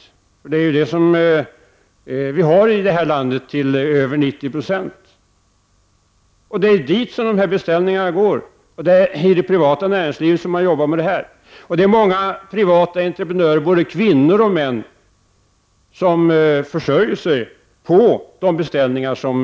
Privat näringsliv är det som vi har i det här landet till mer än 90 96. Det är dit som dessa beställningar går, och det är i det privata näringslivet som man arbetar för den offentliga verksamheten. Det är många privata entreprenörer, både kvinnor och män, som försörjer sig på de beställningar som